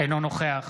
אינו נוכח